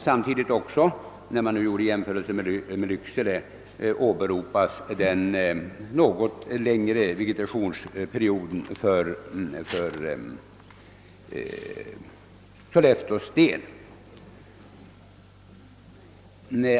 Samtidigt åberopas vid jämförelsen méd Lycksele den något längre vegetationsperioden för Solefteås del.